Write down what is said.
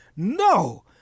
No